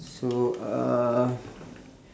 so uh